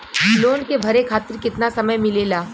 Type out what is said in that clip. Loan के भरे खातिर कितना समय मिलेला?